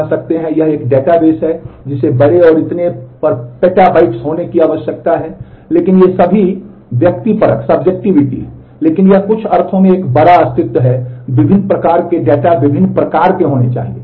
लेकिन ये सभी व्यक्तिपरक हैं लेकिन यह कुछ अर्थों में एक बड़ा अस्तित्व है विभिन्न प्रकार के डेटा के विभिन्न प्रकार होने चाहिए